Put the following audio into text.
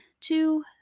two